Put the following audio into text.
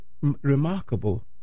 remarkable